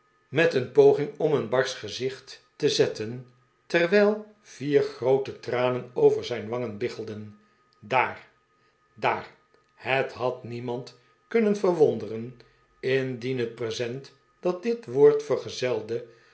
met een poging om een barsch gezicht te zetten term sam verzet zich wijl vier groote tranen over zijn wangen biggelden daar daar het had niemand kunnen verwonderen indien het present dat dit woprd vergezelde